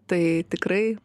tai tikrai